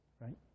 Right